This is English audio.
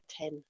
ten